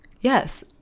yes